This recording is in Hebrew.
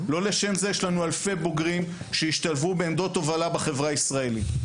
לא לשם זה יש לנו אלפי בוגרים שהשתלבו בעמדות הובלה בחברה הישראלית.